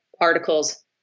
articles